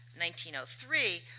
1903